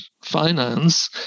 finance